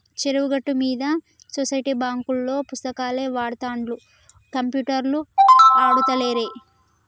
చెరువు గట్టు మీద సొసైటీ బాంకులోల్లు పుస్తకాలే వాడుతుండ్ర కంప్యూటర్లు ఆడుతాలేరా